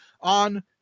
on